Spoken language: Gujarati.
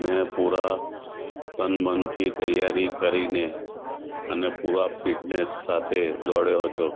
મેં પૂરા તનમનથી તૈયારી કરીને અને પૂરા ફિટનેસ સાથે દોડ્યો હતો